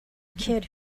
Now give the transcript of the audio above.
kid